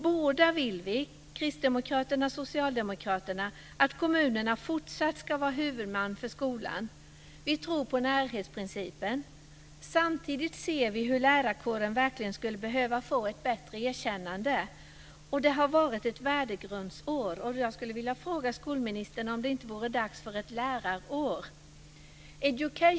Både Kristdemokraterna och Socialdemokraterna vill att kommunerna fortsatt ska vara huvudmän för skolan. Vi tror på närhetsprincipen. Samtidigt ser vi hur lärarkåren verkligen skulle behöva få ett bättre erkännande. Det har varit ett värdegrundsår. Jag skulle vilja fråga skolministern om det inte är dags för ett lärarår.